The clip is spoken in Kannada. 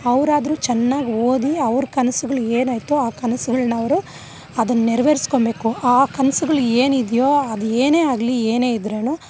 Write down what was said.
ಅವರಾದ್ರು ಚೆನ್ನಾಗಿ ಓದಿ ಅವ್ರ ಕನಸುಗಳು ಏನೈತೋ ಆ ಕನಸುಗಳನ್ನು ಅವರು ಅದನ್ನು ನೆರ್ವೇರ್ಸ್ಕೊಳ್ಬೇಕು ಆ ಕನಸುಗಳೇನಿದ್ಯೋ ಅದು ಏನೇ ಆಗಲಿ ಏನೇ ಇದ್ರೂ